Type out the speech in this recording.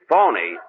Phony